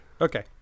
Okay